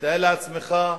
ותאר לעצמך,